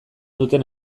duten